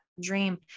dream